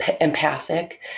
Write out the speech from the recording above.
empathic